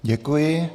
Děkuji.